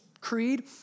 Creed